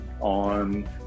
on